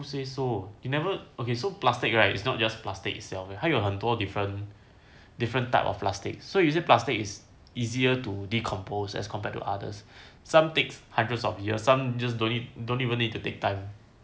who says so you never okay so plastic right it's not just plastic itself 它有很多 different different type of plastic so usually plastic is easier to decompose as compared to others some take hundreds of years some just don't need don't even need to take time